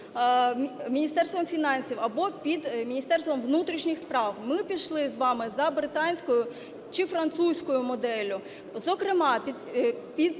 під Міністерством фінансів або під Міністерством внутрішніх справ. Ми пішли з вами за британською чи французькою моделлю, зокрема